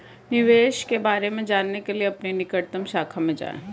निवेश के बारे में जानने के लिए अपनी निकटतम शाखा में जाएं